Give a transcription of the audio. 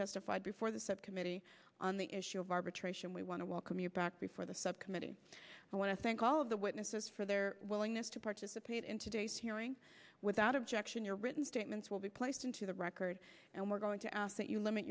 testified before the subcommittee on the issue of arbitration we want to welcome you back before the subcommittee i want to thank all of the witnesses for their willingness to participate in today's hearing without objection your written statements will be placed into the record and we're going to ask that you limit